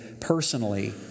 personally